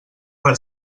per